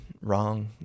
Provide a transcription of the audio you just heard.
wrong